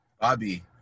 Bobby